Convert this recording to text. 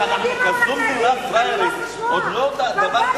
חבר הכנסת זאב, בבקשה.